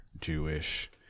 Jewish